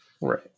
Right